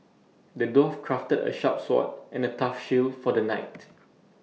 the dwarf crafted A sharp sword and A tough shield for the knight